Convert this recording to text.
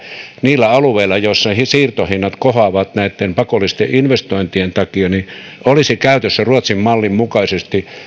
niillä alueilla joilla siirtohinnat kohoavat näitten pakollisten investointien takia olisi käytössä ruotsin mallin mukaisesti